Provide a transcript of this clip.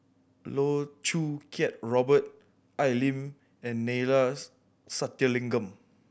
Loh Choo Kiat Robert Al Lim and Neila Sathyalingam